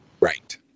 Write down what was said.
Right